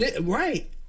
Right